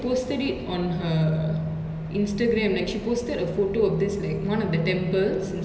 and then afterwards the news outlets reported lah that she her daughter is actually studying here they are staying in this apartment